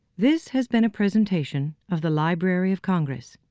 this has been a presentation of the library of congress.